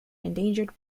endangered